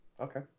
okay